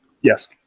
Yes